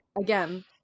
again